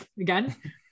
again